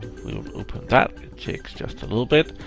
we'll open that. takes just a little bit.